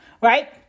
right